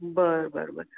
बरं बरं बरं